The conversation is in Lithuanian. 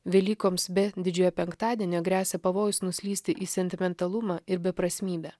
velykoms be didžiojo penktadienio gresia pavojus nuslysti į sentimentalumą ir beprasmybę